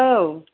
औ